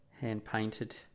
hand-painted